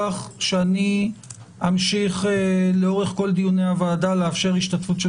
שאני אמשיך לאורך כל דיוני הוועדה לאפשר השתתפות של